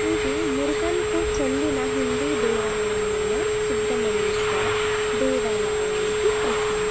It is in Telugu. ఇది మురుగన్కు చెందిన హిందూ దేవాలయమైన సుబ్రహ్మణ్యేశ్వర దేవాలయానికి ప్రసిద్ధి